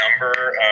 number